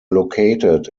located